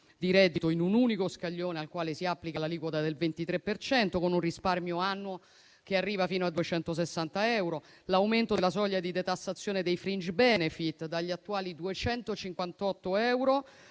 di reddito in un unico scaglione al quale si applica l'aliquota del 23 per cento, con un risparmio annuo che arriva fino a 260 euro; l'aumento della soglia di detassazione dei *fringe benefit* dagli attuali 258 euro